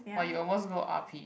but you almost go R_P